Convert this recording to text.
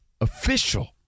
official